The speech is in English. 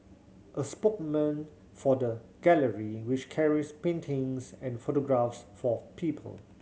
a spokesman for the gallery which carries paintings and photographs for people